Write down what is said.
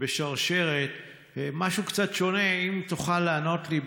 בשרשרת למשהו קצת שונה, אם תוכל לענות לי.